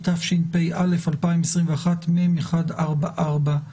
התשפ"א 2021, מ/1443.